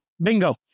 Bingo